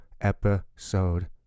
episode